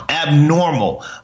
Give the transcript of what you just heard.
Abnormal